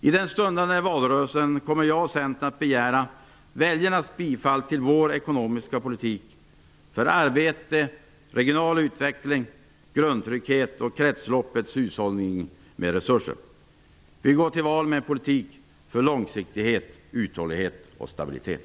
I den stundande valrörelsen kommer jag och Centern att begära väljarnas bifall till vår ekonomiska politik för arbete, regional utveckling, grundtrygghet och kretsloppsbaserad hushållning med resurser. Vi går till val med en politik för långsiktighet, uthållighet och stabilitet.